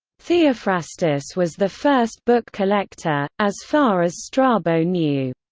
theophrastus was the first book collector, as far as strabo knew.